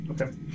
Okay